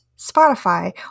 Spotify